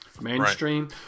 mainstream